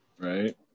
Right